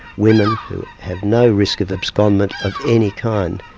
women who have no risk of abscondment of any kind.